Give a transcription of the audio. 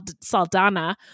Saldana